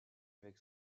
avec